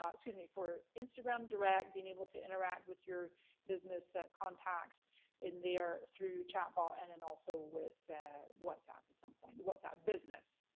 um excuse me, for instagram direct, being able to interact with your business contacts in there, through chatbot, and then also with whatsapp at some point, whatsapp business.